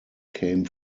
came